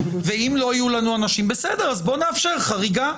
אז בוא נאפשר החרגה.